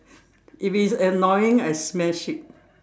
if it's annoying I smash it